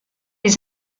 les